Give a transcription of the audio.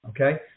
Okay